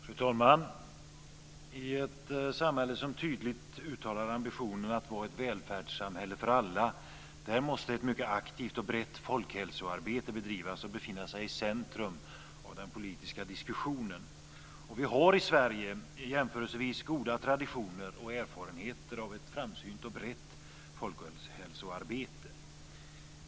Fru talman! I ett samhälle som tydligt uttalar ambitionen att vara ett välfärdssamhälle för alla måste ett mycket aktivt och brett folkhälsoarbete bedrivas och befinna sig i centrum för den politiska diskussionen. Vi har i Sverige jämförelsevis goda traditioner och erfarenheter av ett framsynt och brett folkhälsoarbete.